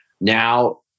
Now